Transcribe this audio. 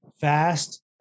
fast